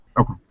Okay